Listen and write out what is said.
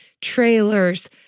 trailers